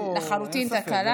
אין ספק,